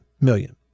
million